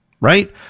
right